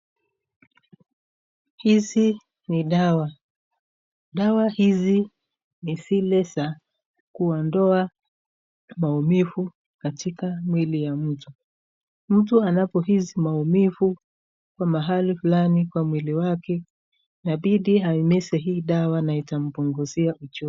Hizi ni dawa .Dawa hizi ni zile za kuondoa maumivu katika mwili ya mtu. Mtu anapohisi maumivu kwa mahali fulani kwa mwili wake inabidi aimeze hii dawa na itampunguzia uchungu.